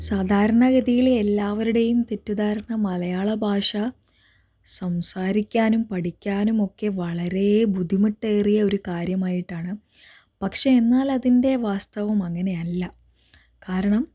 സാധാരണഗതിയില് എല്ലാവരുടെയും തെറ്റിദ്ധാരണ മലയാളഭാഷ സംസാരിക്കാനും പഠിക്കാനും ഒക്കെ വളരെ ബുദ്ധിമുട്ടേറിയ ഒര് കാര്യമായിട്ടാണ് പക്ഷേ എന്നാൽ അതിന്റെ വാസ്തവം അങ്ങനെയല്ല കാരണം